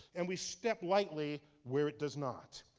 and we step lightly where it does not.